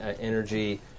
energy